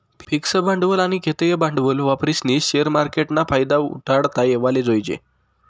fix भांडवल आनी खेयतं भांडवल वापरीस्नी शेअर मार्केटना फायदा उठाडता येवाले जोयजे